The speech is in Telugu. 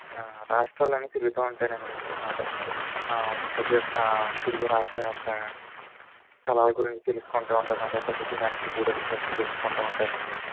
రాష్ట్రాలన్ని తిరుగుతూ ఉంటానండి ప్రతీ యొక్క తిరిగి రాష్ట్రం యొక్క స్థలాల గురించి తెలుసుకుంటూ ఉంటాను ప్రసిద్ది గాంచిన గుడుల కోసం తెలుసుకుంటూ ఉంటానండి